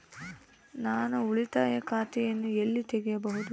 ನಾನು ಉಳಿತಾಯ ಖಾತೆಯನ್ನು ಎಲ್ಲಿ ತೆರೆಯಬಹುದು?